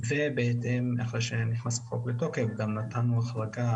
ואחרי שהחוק נכנס לתוקף גם נתנו החרגה